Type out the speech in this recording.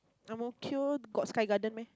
Ang-Mo-Kio got Sky-Garden meh